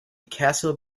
castle